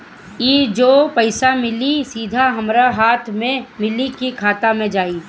ई जो पइसा मिली सीधा हमरा हाथ में मिली कि खाता में जाई?